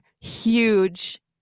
huge